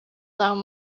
down